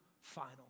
final